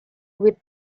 with